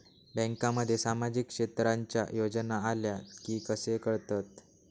बँकांमध्ये सामाजिक क्षेत्रांच्या योजना आल्या की कसे कळतत?